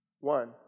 One